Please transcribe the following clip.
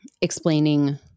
explaining